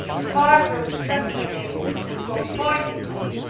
far from strengthening and comforting me,